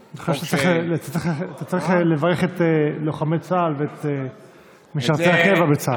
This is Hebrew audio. אני חושב שאתה צריך לברך את לוחמי צה"ל ואת משרתי הקבע בצה"ל.